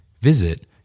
Visit